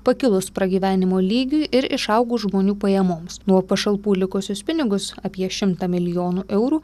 pakilus pragyvenimo lygiui ir išaugus žmonių pajamoms nuo pašalpų likusius pinigus apie šimtą milijonų eurų